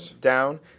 down